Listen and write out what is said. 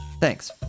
Thanks